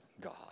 God